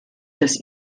das